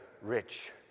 rich